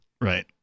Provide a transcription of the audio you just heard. Right